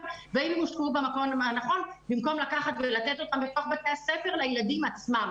והאם הושקעו במקום הנכון במקום לתת אותם לילדים עצמם בבתי הספר.